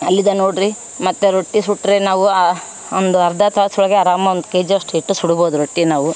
ಅಲ್ಲಿ ಇದ ನೋಡ್ರಿ ಮತ್ತು ರೊಟ್ಟಿ ಸುಟ್ಟರೆ ನಾವು ಒಂದು ಅರ್ಧ ತಾಸು ಒಳಗೆ ಆರಾಮ್ ಒಂದು ಕೆಜಿಯಷ್ಟು ಹಿಟ್ಟು ಸುಡಬಹುದು ರೊಟ್ಟಿ ನಾವು